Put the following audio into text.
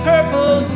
purple